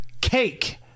cake